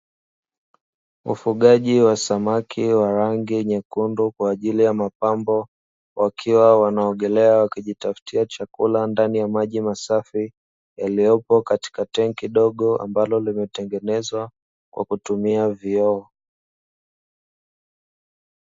Ufugaji wa samaki wa rangi nyekundu kwa ajili ya mapambo, wakiwa wanaogelea wakijitafutia chakula ndani ya maji masafi yaliyopo katika tenki kidogo, ambalo limetengenezwa kwa kutumia vioo.